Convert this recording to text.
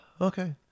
Okay